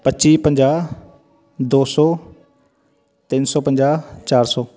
ਪੱਚੀ ਪੰਜਾਹ ਦੋ ਸੌ ਤਿੰਨ ਸੌ ਪੰਜਾਹ ਚਾਰ ਸੌ